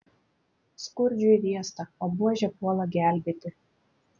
skurdžiui riesta o buožė puola gelbėti